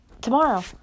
tomorrow